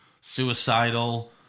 suicidal